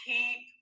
Keep